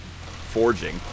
forging